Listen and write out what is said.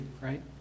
right